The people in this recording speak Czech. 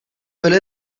byli